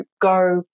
go